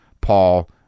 paul